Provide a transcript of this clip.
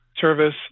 service